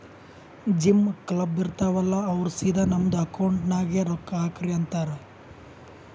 gym, club, ಇರ್ತಾವ್ ಅಲ್ಲಾ ಅವ್ರ ಸಿದಾ ನಮ್ದು ಅಕೌಂಟ್ ನಾಗೆ ರೊಕ್ಕಾ ಹಾಕ್ರಿ ಅಂತಾರ್